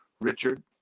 Richard